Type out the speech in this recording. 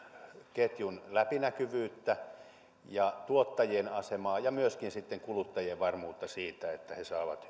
ketjun läpinäkyvyyttä ja tuottajien asemaa ja myöskin sitten kuluttajien varmuutta siitä että he saavat